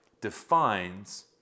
defines